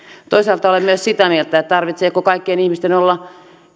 toisaalta olen myös sitä mieltä että tarvitseeko kaikkien ihmisten olla